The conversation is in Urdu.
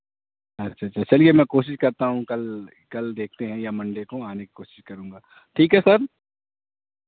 اچھا اچھا چلیے میں کوشش کرتا ہوں کل کل دیکھتے ہیں یا منڈے کو آنے کی کوشش کروں گا ٹھیک ہے سر